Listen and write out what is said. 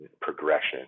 progression